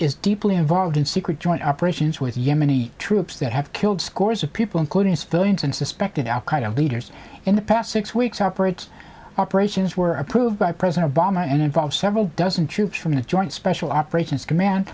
is deeply involved in secret joint operations with yemeni troops that have killed scores of people including civilians and suspected al qaeda leaders in the past six weeks operates operations were approved by president obama and involve several dozen troops from the joint special operations command